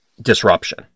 disruption